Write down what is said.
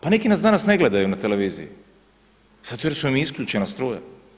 Pa neki nas danas ne gledaju na televiziji zato jer i je isključena struja.